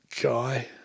guy